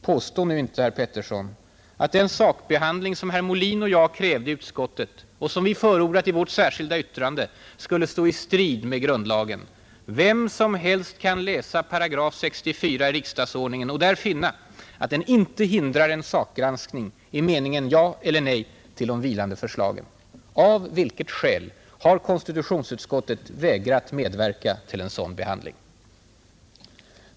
Påstå nu inte, herr Pettersson, att den sakbehandling som herr Molin och jag krävde i utskottet och som vi förordat i vårt särskilda yttrande skulle stå i strid med grundlagen! Vem som helst kan läsa 64 § i riksdagsordningen och där finna att den inte hindrar en sakgranskning i meningen ja eller nej till de vilande förslagen. Av vilket skäl har konstitutionsutskottet vägrat medverka till en sådan behandling?